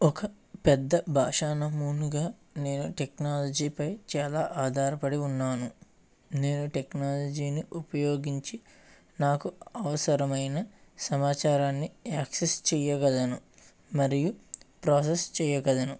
ఒక పెద్ద బాషణమునుగా నేను టెక్నాలజీపై చాలా ఆధారపడి ఉన్నాను నేను టెక్నాలజీని ఉపయోగించి నాకు అవసరమైన సమాచారాన్ని యాక్సిస్ చేయగలను మరియు ప్రాసెస్ చేయగలను